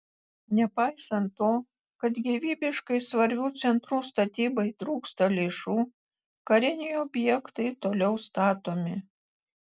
nepaisant to kad gyvybiškai svarbių centrų statybai trūksta lėšų kariniai objektai toliau statomi